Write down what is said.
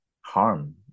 harm